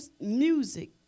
music